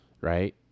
right